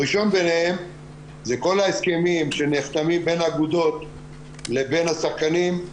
הראשון ביניהם זה כל ההסכמים שנחתמים בין האגודות לבין השחקנים,